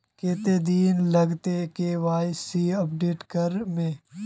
कते दिन लगते के.वाई.सी अपडेट करे में?